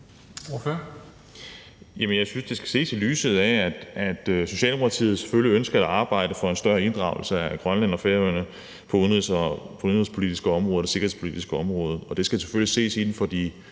Jeg synes, det skal ses i lyset af, at Socialdemokratiet selvfølgelig ønsker at arbejde for en større inddragelse af Grønland og Færøerne på det udenrigspolitiske og det sikkerhedspolitiske område. Og det skal selvfølgelig ses inden for de